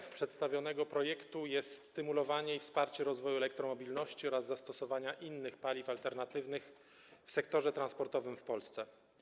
Celem przedstawionego projektu jest stymulowanie i wsparcie rozwoju elektromobilności oraz zastosowania innych paliw alternatywnych w sektorze transportowym w Polsce.